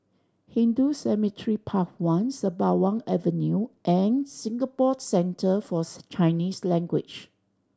Hindu Cemetery Path One Sembawang Avenue and Singapore Centre Forth Chinese Language